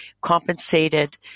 compensated